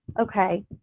okay